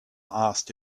asked